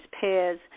pairs